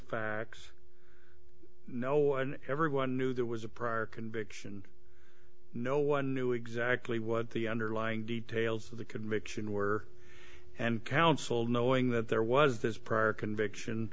facts no and everyone knew that was a prior conviction no one knew exactly what the underlying details of the conviction were and counsel knowing that there was this prior conviction